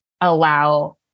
allow